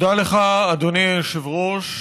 תודה לך, אדוני היושב-ראש.